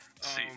See